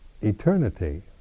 eternity